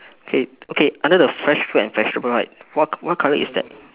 K okay under the fresh food and vegetable right what what colour is that